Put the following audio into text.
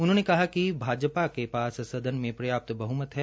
उन्होंने कहा कि भाजपा के पास सदन में पर्याप्त बह्मत है